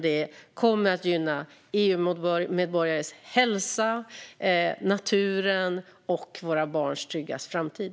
Detta kommer att gynna hälsan hos EU-medborgarna liksom naturen, och framtiden för våra barn tryggas.